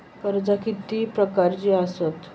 कर्जा किती प्रकारची आसतत